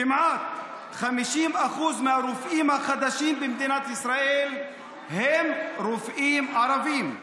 כמעט 50% מהרופאים החדשים במדינת ישראל הם רופאים ערבים,